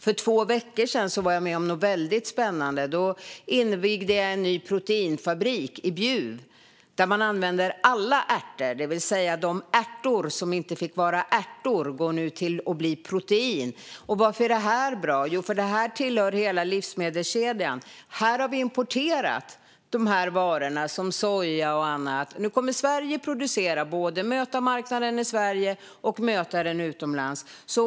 För två veckor sedan var jag med om något väldigt spännande. Då invigde jag en ny proteinfabrik i Bjuv, där man använder alla ärtor. De ärtor som inte säljs som ärtor blir nu protein. Varför är då detta bra? Jo, för det tillhör hela livsmedelskedjan. Vi har brukat importera varor som soja och annat. Men nu kommer att Sverige producera och möta både marknaden i Sverige och marknaden utomlands.